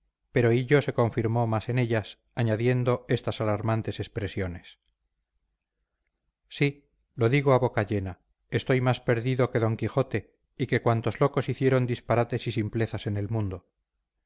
pero hillo se confirmó más en ellas añadiendo estas alarmantes expresiones sí lo digo a boca llena estoy más perdido que d quijote y que cuantos locos hicieron disparates y simplezas en el mundo